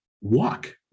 walk